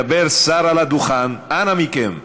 מדבר שר על הדוכן, אנא מכם.